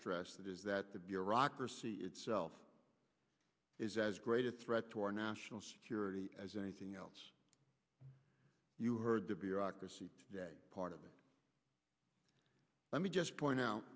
stressed that is that the bureaucracy itself is as great a threat to our national security as anything else you heard the bureaucracy today part of it let me just point out